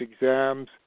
exams